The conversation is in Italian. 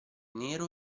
nero